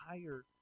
higher